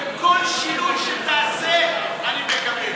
וכל שינוי שתעשה אני מקבל.